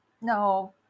No